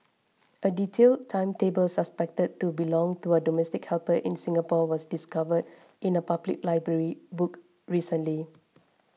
a detailed timetable suspected to belong to a domestic helper in Singapore was discovered in a public library book recently